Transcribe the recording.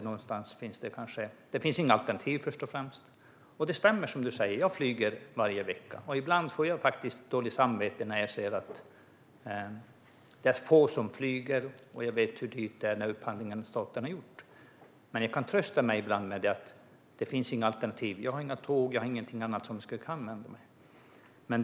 Först och främst finns det inga alternativ. Det stämmer som du säger - jag flyger varje vecka, och ibland får jag faktiskt dåligt samvete när jag ser att det är få som flyger och jag vet hur dyr upphandlingen är som staten har gjort. Men jag kan ibland trösta mig med att det inte finns några alternativ. Jag har inga tåg eller annat som jag skulle kunna använda mig av.